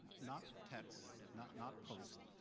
not texts, not not posts,